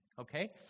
Okay